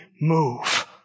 move